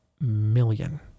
Million